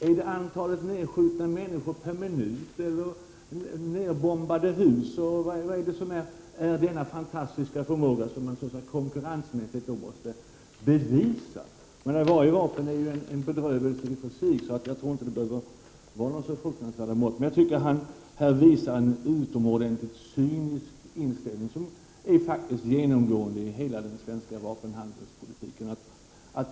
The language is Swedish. Är det antalet nedskjutna människor eller bombade hus per minut, eller vad är det för förmåga man måste bevisa? Varje vapen är ju en bedrövelse i och för sig, så jag tycker inte att det behövs någon speciell måttstock. Men Sture Ericson visar här en utomordentligt cynisk inställning som faktiskt är genomgående i hela den svenska vapenhandelspolitiken.